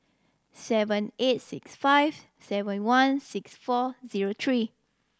seven eight six five seven one six four zero three